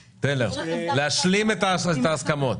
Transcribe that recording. טלר, להשלים את ההסכמות.